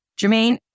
Jermaine